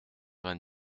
vingt